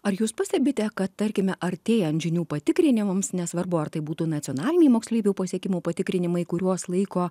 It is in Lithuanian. ar jūs pastebite kad tarkime artėjant žinių patikrinimams nesvarbu ar tai būtų nacionaliniai moksleivių pasiekimų patikrinimai kuriuos laiko